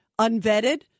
unvetted